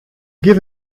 give